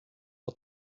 had